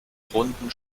runden